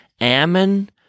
Ammon